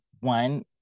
one